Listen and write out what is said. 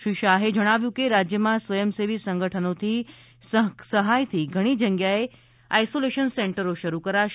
શ્રી શાહે જણાવ્યું હતું કે રાજ્યમાં સ્વયંસેવી સંગઠનોથી સહાયથી ઘણી જગ્યાએ આઈસોલેશન સેન્ટરો શરૂ કરાશે